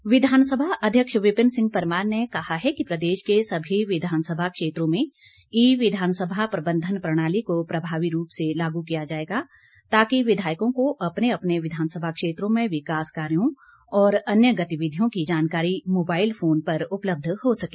परमार विधानसभा अध्यक्ष विपिन सिंह परमार ने कहा है कि प्रदेश के सभी विधानसभा क्षेत्रों में ई विधानसभा प्रबंधन प्रणाली को प्रभावी रूप से लागू किया जाएगा ताकि विधायकों को अपने अपने विधानसभा क्षेत्रों में विकास कार्यों और अन्य गतिविधियों की जानकारी मोबाईल फोन पर उपलब्ध हो सके